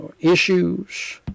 issues